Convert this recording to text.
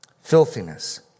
filthiness